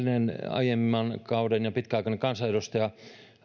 aiemman kauden pitkäaikainen kansanedustaja